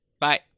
Bye